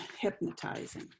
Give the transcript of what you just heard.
hypnotizing